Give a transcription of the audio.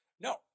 No